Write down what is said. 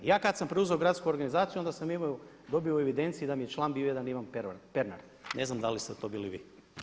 Ja kada sam preuzeo gradsku organizaciju onda sam imao dobio u evidenciji da mi je član bio jedan Ivan Pernar, ne znam da li ste to bili vi.